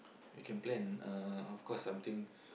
we can plan uh of course something